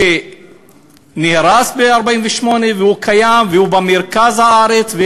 נהרס ב-1948 והוא קיים, הוא במרכז הארץ,